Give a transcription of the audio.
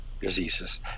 diseases